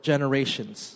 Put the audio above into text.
Generations